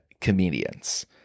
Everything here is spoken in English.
comedians